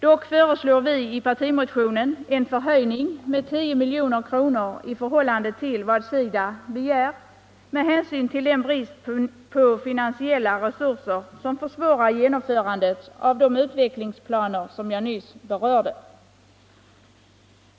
Dock föreslår vi i partimotionen en förhöjning med 10 milj.kr. i förhållande till vad SIDA begär, detta med hänsyn till den brist på finansiella resurser som försvårar genomförandet av de utvecklingsplaner som jag nyss berörde.